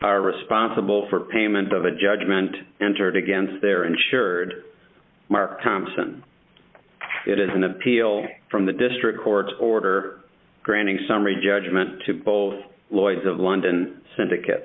are responsible for payment of a judgment entered against their insured mark thompson it is an appeal from the district court's order granting summary judgment to both lloyd's of london syndicate